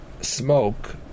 smoke